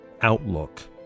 outlook